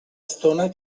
estona